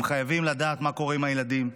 הם חייבים לדעת מה קורה עם הילדים,